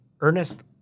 Ernest